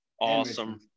awesome